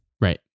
right